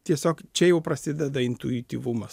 tiesiog čia jau prasideda intuityvumas